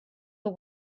the